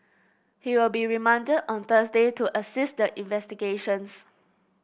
he will be remanded on Thursday to assist in investigations